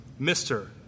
Mr